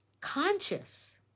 conscious